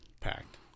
packed